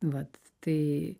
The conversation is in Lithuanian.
vat tai